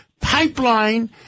pipeline